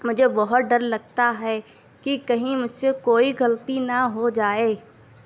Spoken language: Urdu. مجھے بہت ڈر لگتا ہے کہ کہیں مجھ سے کوئی غلطی نہ ہو جائے